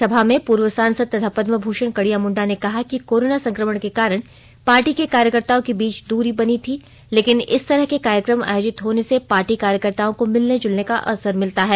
सभा में पूर्व सांसद तथा पदमभूषण कड़िया मुंडा ने कहा कि कोरोना संक्रमण के कारण पार्टी के कार्यकर्ताओं के बीच दूरी बनी थी लेकिन इस तरह के कार्यक्रम आयोजित होने से पार्टी कार्यकर्ताओं को मिलने जुलने का अवसर मिलता है